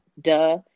Duh